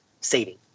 saving